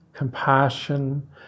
compassion